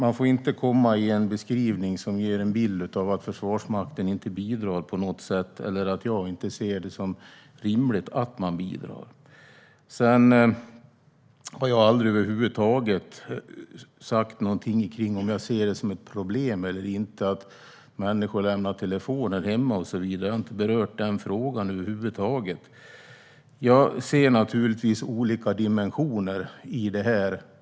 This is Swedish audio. Beskrivningen ska alltså inte landa i en bild av att Försvarsmakten inte bidrar på något sätt eller av att jag inte ser det som rimligt att de bidrar. Jag har aldrig sagt någonting om att jag skulle se det som ett problem eller inte att människor lämnar telefoner hemma och så vidare. Jag har inte berört den frågan över huvud taget. Jag ser naturligtvis olika dimensioner i det här.